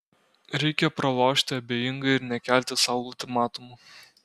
reikia pralošti abejingai ir nekelti sau ultimatumų